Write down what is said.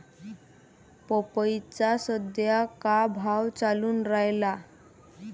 पपईचा सद्या का भाव चालून रायला?